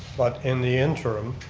but in the interim.